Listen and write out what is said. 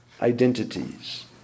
identities